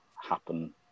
happen